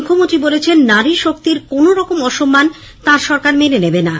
মুখ্যমন্ত্রী বলেছেন নারী শক্তির কোনোরকম অসম্মান তার সরকার মেনে নেবেনা